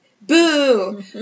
Boo